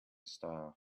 star